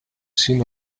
seen